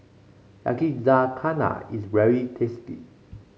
yakizakana is very tasty